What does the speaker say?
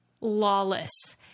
lawless